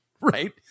right